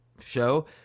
show